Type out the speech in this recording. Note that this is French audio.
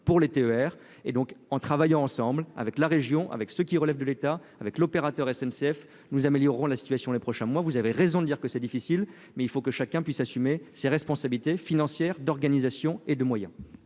pour les TER et donc en travaillant ensemble avec la région, avec ce qui relève de l'État avec l'opérateur SNCF nous améliorerons la situation, les prochains mois, vous avez raison de dire que c'est difficile, mais il faut que chacun puisse assumer ses responsabilités financières, d'organisation et de moyens.